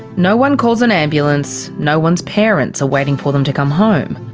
no one calls an ambulance. no one's parents are waiting for them to come home.